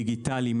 דיגיטאלי,